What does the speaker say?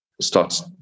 Starts